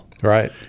Right